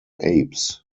apes